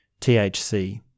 THC